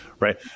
Right